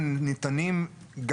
אנחנו גם נתייחס בהמשך,